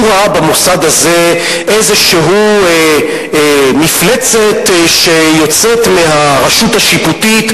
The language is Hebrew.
הוא ראה במוסד הזה איזו מפלצת שיוצאת מהרשות השיפוטית,